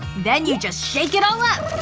then you just shake it all up!